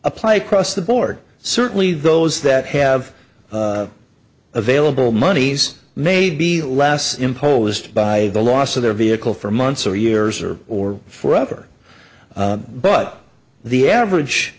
apply across the board certainly those that have available monies may be less imposed by the loss of their vehicle for months or years or or forever but the average